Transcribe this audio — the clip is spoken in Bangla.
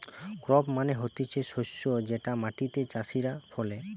ক্রপ মানে হতিছে শস্য যেটা মাটিতে চাষীরা ফলে